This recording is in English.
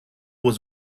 was